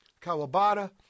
Kawabata